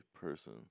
person